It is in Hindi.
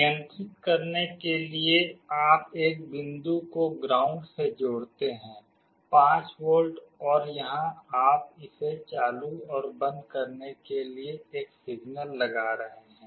नियंत्रित करने के लिए आप एक बिंदु को ग्राउंड से जोड़ते हैं 5 वोल्ट और यहां आप इसे चालू और बंद करने के लिए एक सिग्नल लगा रहे हैं